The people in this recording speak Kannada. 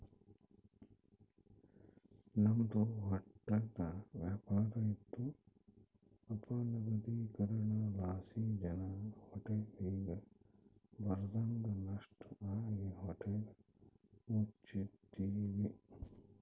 ನಮ್ದು ಹೊಟ್ಲ ವ್ಯಾಪಾರ ಇತ್ತು ಅಪನಗದೀಕರಣಲಾಸಿ ಜನ ಹೋಟ್ಲಿಗ್ ಬರದಂಗ ನಷ್ಟ ಆಗಿ ಹೋಟ್ಲ ಮುಚ್ಚಿದ್ವಿ